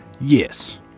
Yes